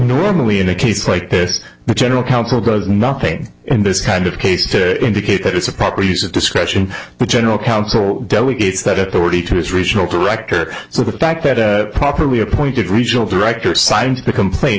normally in a case like this but general counsel does nothing in this kind of case to indicate that it's a proper use of discretion but general counsel delegates that authority to its regional director so the fact that a properly appointed regional director signed the complaint